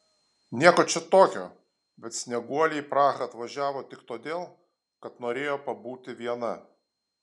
nieko čia tokio bet snieguolė į prahą atvažiavo tik todėl kad norėjo pabūti viena